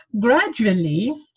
gradually